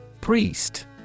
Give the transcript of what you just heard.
Priest